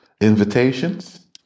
invitations